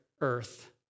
earth